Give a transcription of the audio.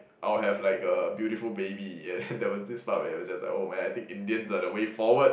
I will have like a beautiful baby yeah there was this part where it's just like oh man I think Indians are the way forward